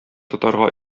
тотарга